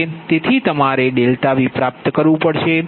તેથી તમારે તે V પ્રાપ્ત કરવું પડશે